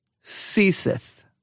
ceaseth